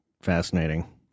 Fascinating